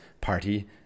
party